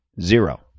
zero